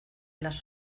las